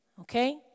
okay